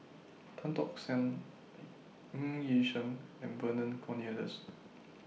Tan Tock San Ng Yi Sheng and Vernon Cornelius